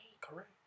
correct